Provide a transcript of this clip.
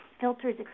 filters